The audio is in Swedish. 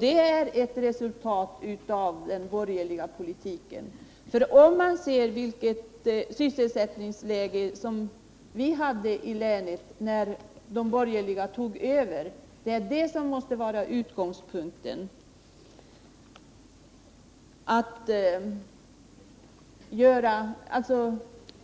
Det är ett resultat av den borgerliga politiken i förhållande till det sysselsättningsläge som vi hade i länet när de borgerliga tog över — och det är det som måste vara utgångspunkten.